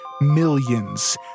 millions